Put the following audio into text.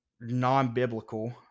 non-biblical